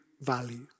value